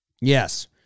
Yes